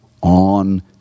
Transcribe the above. on